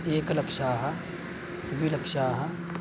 एकलक्षम् द्विलक्षम्